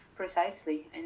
Precisely